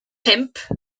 pump